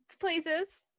places